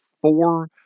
four